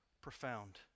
profound